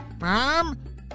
Mom